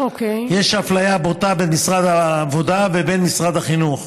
יש אפליה בוטה של משרד העבודה לעומת משרד החינוך.